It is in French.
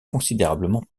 considérablement